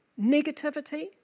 negativity